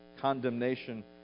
condemnation